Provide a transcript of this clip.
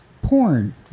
Porn